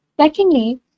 Secondly